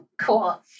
Cool